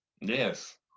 Yes